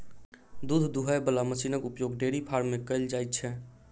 दूध दूहय बला मशीनक उपयोग डेयरी फार्म मे कयल जाइत छै